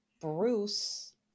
Bruce